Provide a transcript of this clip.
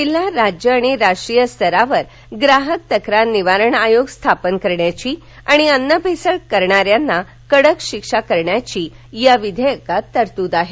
जिल्हा राज्य आणि राष्ट्रीय स्तरावर ग्राहक तक्रार निवारण आयोग स्थापन करण्याची आणि अन्न भेसळ करणाऱ्यांना कडक शिक्षा करण्याची या विधेयकात तरतूद आहे